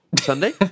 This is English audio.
Sunday